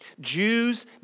Jews